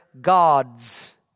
gods